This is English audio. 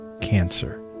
cancer